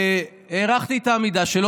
והערכתי את העמידה שלו.